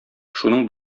шуның